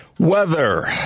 Weather